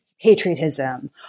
patriotism